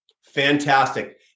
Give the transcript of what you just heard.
Fantastic